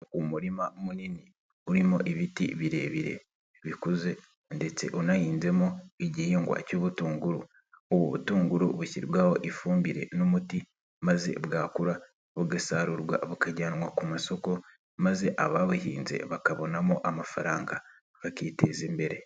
Umurima munini urimo ibiti birebire bikuze ndetse unahinzemo igihingwa cy'ubutunguru, ubu butunguru bushyirwaho ifumbire n'umuti maze bwakura bugasarurwa bukajyanwa ku masoko maze ababuhinze bakabonamo amafaranga bakiteza imbere.